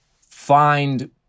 find